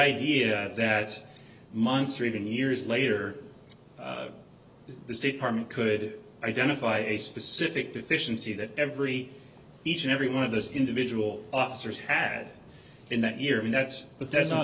idea that months or even years later this department could identify a specific deficiency that every each and every one of those individual officers had in that year and that's but that's not